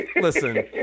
Listen